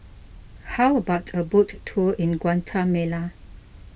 how about a boat tour in Guatemala